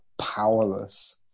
powerless